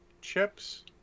chips